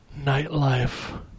Nightlife